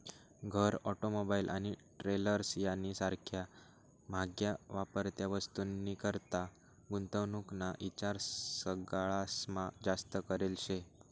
घर, ऑटोमोबाईल आणि ट्रेलर्स यानी सारख्या म्हाग्या वापरत्या वस्तूनीकरता गुंतवणूक ना ईचार सगळास्मा जास्त करेल शे